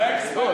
האקס פקטור,